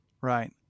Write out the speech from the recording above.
Right